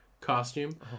costume